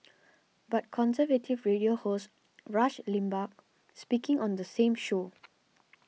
but conservative radio host Rush Limbaugh speaking on the same show